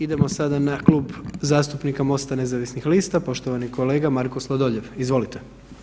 Idemo sada na KlubP zastupnika Mosta nezavisnih lista poštovani kolega Marko Sladoljev, izvolite.